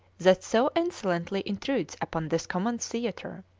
that so insolently intrudes upon this common theatre,